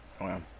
Wow